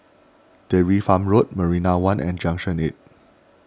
Dairy Farm Road Marina one and Junction eight